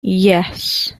yes